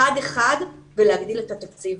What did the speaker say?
אחד-אחד ולהגדיל את התקציב.